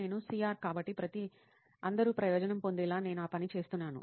నేను సిఆర్ కాబట్టి ప్రతి అందరూ ప్రయోజనం పొందేలా నేను ఆ పని చేస్తున్నాను